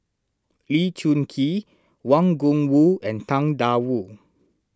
Lee Choon Kee Wang Gungwu and Tang Da Wu